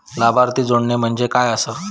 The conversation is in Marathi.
लाभार्थी जोडणे म्हणजे काय आसा?